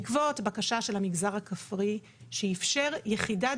בעקבות בקשה של המגזר הכפרי שאיפשר יחידת